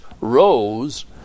rose